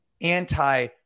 anti